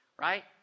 right